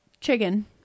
Chicken